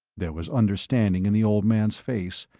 there was understanding in the old man's face,